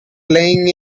playing